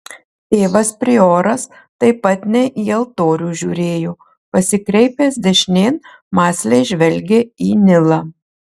tėvas prioras taip pat ne į altorių žiūrėjo pasikreipęs dešinėn mąsliai žvelgė į nilą